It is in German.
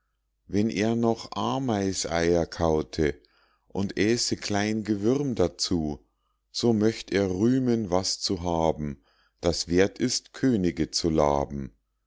wenn er noch ameiseier kaute und äße klein gewürm dazu so möcht er rühmen was zu haben das werth ist könige zu laben